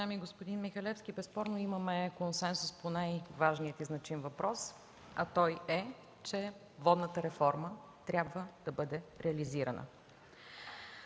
Уважаеми господин Михалевски, безспорно имаме консенсус по най-важния и значим въпрос, а той е, че водната реформа трябва да бъде реализирана.